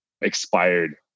expired